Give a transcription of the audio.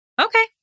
Okay